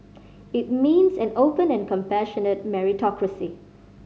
it means an open and compassionate meritocracy